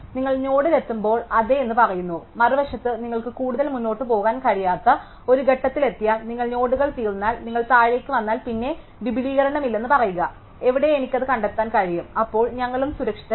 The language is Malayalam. നിങ്ങൾ നോഡിലെത്തുമ്പോൾ നിങ്ങൾ അതെ എന്ന് പറയുന്നു മറുവശത്ത് നിങ്ങൾക്ക് കൂടുതൽ മുന്നോട്ട് പോകാൻ കഴിയാത്ത ഒരു ഘട്ടത്തിലെത്തിയാൽ നിങ്ങൾക്ക് നോഡുകൾ തീർന്നാൽ നിങ്ങൾ താഴേക്ക് വന്നാൽ പിന്നെ വിപുലീകരണമില്ലെന്ന് പറയുക എവിടെ എനിക്ക് അത് കണ്ടെത്താൻ കഴിയും അപ്പോൾ ഞങ്ങളും സുരക്ഷിതരാകും